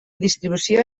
distribució